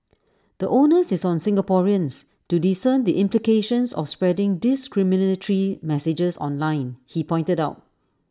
the onus is on Singaporeans to discern the implications of spreading discriminatory messages online he pointed out